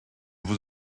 vous